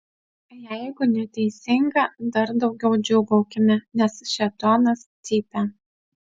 jeigu neteisinga dar daugiau džiūgaukime nes šėtonas cypia